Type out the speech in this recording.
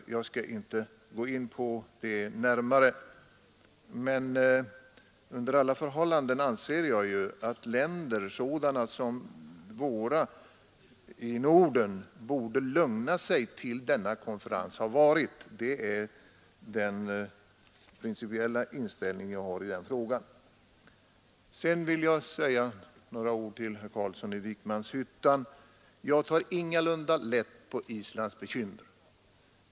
Men jag skall inte gå in närmare på det nu. Under alla förhållanden anser jag att de nordiska länderna borde lugna sig till denna konferens. Det är min principiella inställning i den här frågan. Sedan vill jag säga några ord till herr Carlsson i Vikmanshyttan. Jag tar ingalunda lätt på Islands bekymmer.